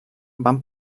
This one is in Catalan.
van